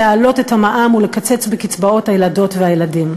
להעלות את המע"מ ולקצץ בקצבאות הילדות והילדים.